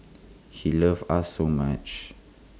he loved us so much